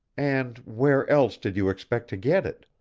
and where else did you expect to get it?